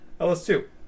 LS2